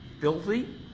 filthy